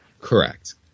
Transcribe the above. Correct